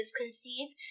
conceived